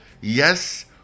yes